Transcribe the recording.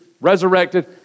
resurrected